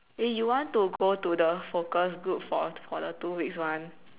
eh you want to go to the focus group for the two weeks [one]